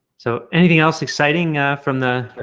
so anything else exciting from the